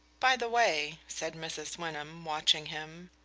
by the way, said mrs. wyndham, watching him,